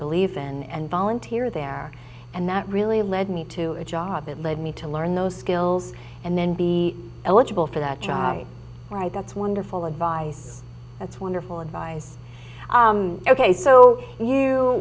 believe in and volunteer there and that really led me to a job that led me to learn those skills and then be eligible for that job right that's wonderful advice that's wonderful advice ok so you